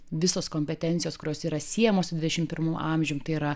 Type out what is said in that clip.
visos kompetencijos kurios yra siejamos su dvidešimt pirmu amžium tai yra